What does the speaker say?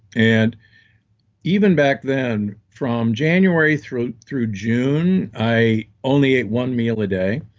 and even back then, from january through through june, i only ate one meal a day.